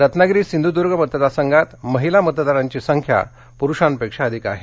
रत्नागिरी सिंधूदुर्ग मतदारसंघात महिला मतदारांची संख्या प्रूषांपेक्षा अधिक आहे